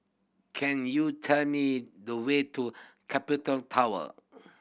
can you tell me the way to Capital Tower